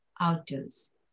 outdoors